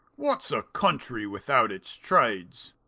what's a country without its trades?